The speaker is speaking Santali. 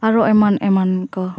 ᱟᱨᱚ ᱮᱢᱟᱱ ᱮᱢᱱᱟ ᱠᱚ